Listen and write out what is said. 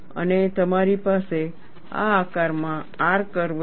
અને તમારી પાસે આ આકારમાં R કર્વ છે